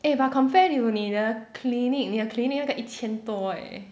eh but compare to 你的 clinic 你的 clinic 那个一千多 leh